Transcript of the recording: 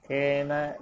Kena